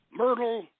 myrtle